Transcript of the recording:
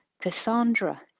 Cassandra